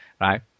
right